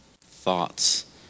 thoughts